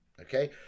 Okay